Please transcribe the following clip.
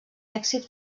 èxit